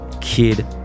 Kid